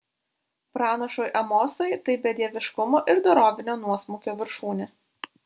pranašui amosui tai bedieviškumo ir dorovinio nuosmukio viršūnė